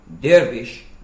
dervish